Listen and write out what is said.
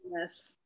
Yes